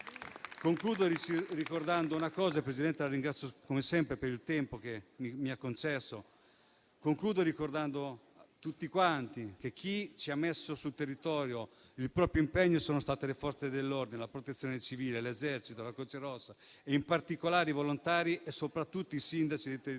Concludo ricordando una cosa e ringrazio come sempre la Presidente per il tempo che mi ha concesso. Concludo ricordando a tutti che chi ha messo sul territorio il proprio impegno sono state le Forze dell'ordine, la Protezione civile, l'Esercito, la Croce Rossa, in particolare i volontari e soprattutto i sindaci dei territori.